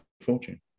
fortune